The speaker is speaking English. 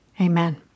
Amen